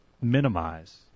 minimize